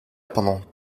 pendant